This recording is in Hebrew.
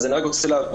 אז אני רק רוצה להבהיר,